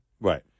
Right